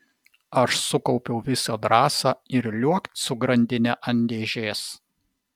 aš sukaupiau visą drąsą ir liuokt su grandine ant dėžės